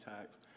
tax